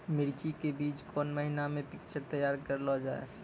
मिर्ची के बीज कौन महीना मे पिक्चर तैयार करऽ लो जा?